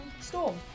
Storm